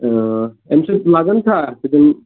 اَمہِ سۭتۍ لگان چھا اتھ کِنہٕ